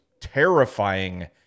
terrifying